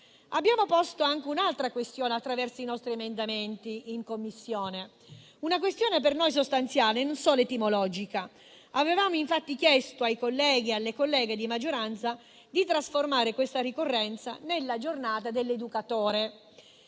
Abbiamo posto anche un'altra questione, attraverso i nostri emendamenti in Commissione, che è per noi sostanziale e non solo etimologica. Avevamo infatti chiesto ai colleghi e alle colleghe di maggioranza di trasformare questa ricorrenza nella giornata dell'educatore.